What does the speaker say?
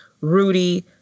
Rudy